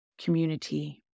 community